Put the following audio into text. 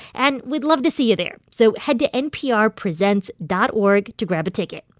and we'd love to see you there. so head to nprpresents dot org to grab a ticket.